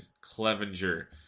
Clevenger